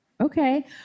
Okay